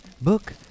Book